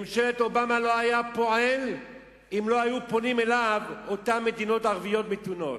ממשל אובמה לא היה פועל לולא פנו אליו אותן מדינות ערביות מתונות.